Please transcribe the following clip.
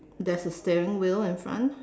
there's a steering wheel in front